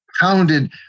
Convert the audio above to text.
pounded